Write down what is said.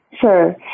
Sure